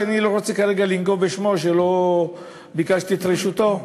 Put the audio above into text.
שאני לא רוצה כרגע לנקוב בשמו כי לא ביקשתי את רשותו.